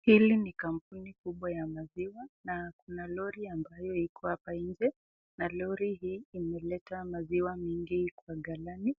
Hili ni kampuni kubwa ya maziwa, na kuna lori ambao iko hapa nje, na lori hii imeleta maziwa mingi kwa galani,